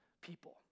people